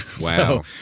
Wow